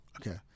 Okay